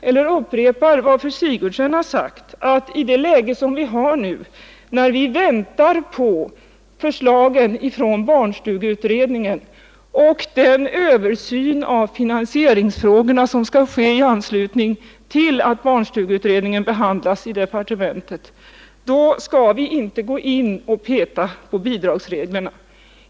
Jag upprepar vad fru Sigurdsen har sagt: I det läge som vi nu har, när vi väntar på förslag från barnstugeutredningen och den översyn av finansieringsfrågorna som skall ske i anslutning till behandlingen av barnstugeutredningens betänkande i departementet, skall vi inte gå in och peta på bidragsreglerna.